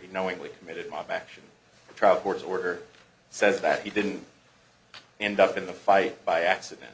he knowingly committed mob action trout court order says that he didn't end up in the fight by accident